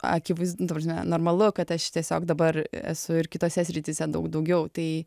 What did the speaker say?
akivaizdu ta prasme normalu kad aš tiesiog dabar esu ir kitose srityse daug daugiau tai